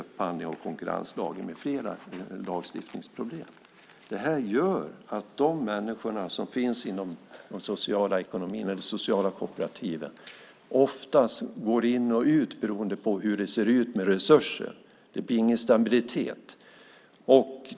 Det handlar om konkurrenslagen med flera lagar. Dessa problem gör att de människor som finns i de sociala kooperativen oftast går in och ut beroende på hur det ser ut med resurser. Det blir ingen stabilitet.